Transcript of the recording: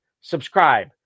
subscribe